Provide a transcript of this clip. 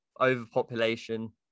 overpopulation